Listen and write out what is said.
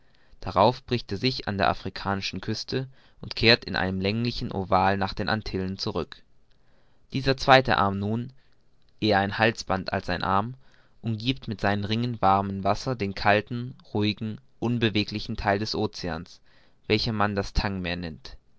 darauf bricht er sich an der afrikanischen küste und kehrt in einem länglichen oval nach den antillen zurück dieser zweite arm nun eher ein halsband als ein arm umgiebt mit seinen ringen warmen wassers den kalten ruhigen unbeweglichen theil des oceans welchen man das tang meer nennt